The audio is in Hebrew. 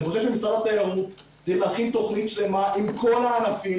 אני חושב שמשרד התיירות צריך להכין תוכנית שלמה עם כל הענפים,